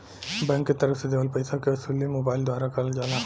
bank के तरफ से देवल पइसा के वसूली मोबाइल द्वारा करल जाला